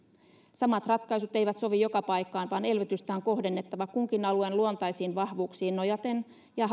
samat ratkaisut eivät sovi joka paikkaan vaan elvytystä on kohdennettava kunkin alueen luontaisiin vahvuuksiin nojaten ja